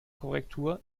korrektur